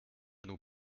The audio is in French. nous